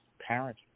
parent